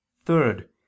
third